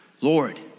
Lord